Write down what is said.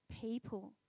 people